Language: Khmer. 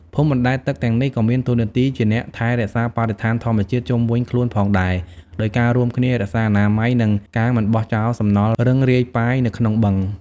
ភូមិបណ្ដែតទឹកទាំងនេះក៏មានតួនាទីជាអ្នកថែរក្សាបរិស្ថានធម្មជាតិជុំវិញខ្លួនផងដែរ ដោយការរួមគ្នារក្សាអនាម័យ និងការមិនបោះចោលសំណល់រឹងរាយប៉ាយនៅក្នុងបឹង។